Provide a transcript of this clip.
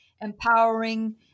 empowering